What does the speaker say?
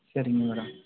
சரிங்க மேடம்